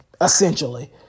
essentially